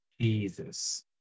Jesus